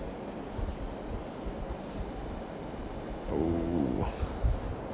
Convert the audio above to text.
oh